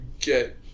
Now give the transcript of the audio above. get